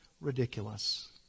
ridiculous